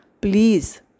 Please